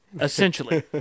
Essentially